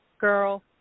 girl